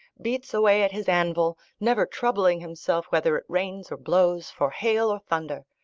beats away at his anvil, never troubling himself whether it rains or blows, for hail or thunder.